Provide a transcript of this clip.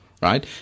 right